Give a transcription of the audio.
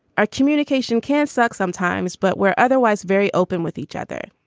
our communication can suck sometimes, but we're otherwise very open with each other.